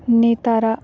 ᱱᱮᱛᱟᱨᱟᱜ